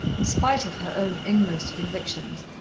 in spite of her own inmost convictions,